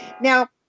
Now